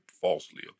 falsely